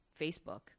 Facebook